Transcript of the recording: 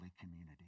community